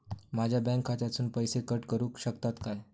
माझ्या बँक खात्यासून पैसे कट करुक शकतात काय?